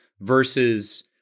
versus